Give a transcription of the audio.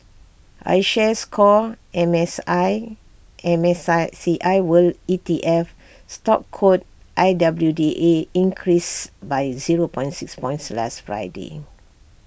iShares core M S I M S I C I world E T F stock code I W D A increased by zero point six points last Friday